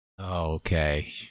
Okay